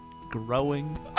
growing